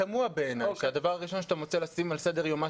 תמוה בעיניי שהדבר הראשון שאתה מוצא לשים על סדר-יומה